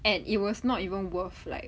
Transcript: and it was not even worth like